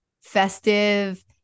festive